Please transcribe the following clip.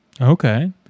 Okay